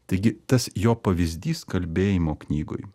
taigi tas jo pavyzdys kalbėjimo knygoj